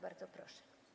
Bardzo proszę.